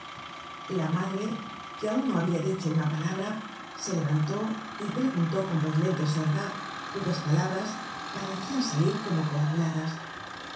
la madre que aun no habia dicho una palabra se levantó y preguntó con voz lenta y sorda cuyas palabras parecian salir como coaguladas